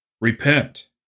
Repent